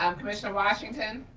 um commissioner washington.